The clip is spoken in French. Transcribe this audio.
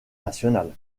nationale